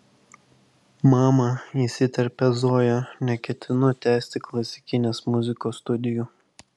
mama įsiterpia zoja neketinu tęsti klasikinės muzikos studijų